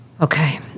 Okay